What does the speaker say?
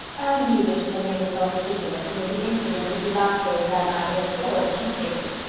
anne knew that she had made herself ridiculous and that the incident would be laughed over that night at a score of tea-tables,